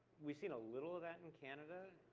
we've seen a little of that in canada.